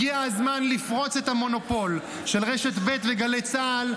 הגיע הזמן לפרוץ את המונופול של רשת ב' וגלי צה"ל,